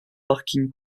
parking